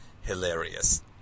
hilarious